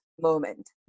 moment